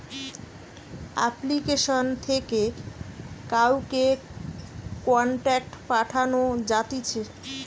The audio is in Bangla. আপ্লিকেশন থেকে কাউকে কন্টাক্ট পাঠানো যাতিছে